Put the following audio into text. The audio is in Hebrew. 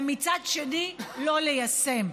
ומצד שני לא ליישם.